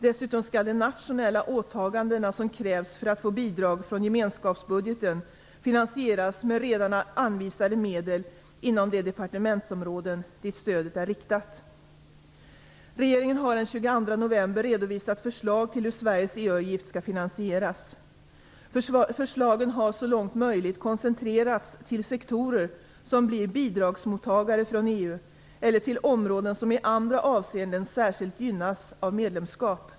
Dessutom skall de nationella åtaganden som krävs för att få bidrag från gemenskapsbudgeten finansieras med redan anvisade medel inom de departementsområden dit stödet är riktat. Regeringen har den 22 november redovisat förslag till hur Sveriges EU-avgift skall finansieras. Förslagen har så långt möjligt koncentrerats till sektorer som blir bidragsmottagare från EU eller till områden som i andra avseenden särskilt gynnas av medlemskap.